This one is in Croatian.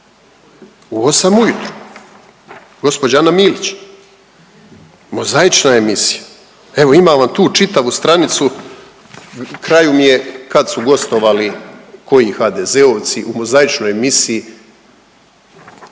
u 8 ujutro gospođa Ana Milić, mozaična emisija. Evo imam vam tu čitavu stranicu, na kraju mi je kad su gostovali koji HDZ-ovci u mozaičnoj emisiji